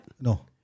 No